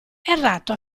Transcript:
errato